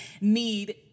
need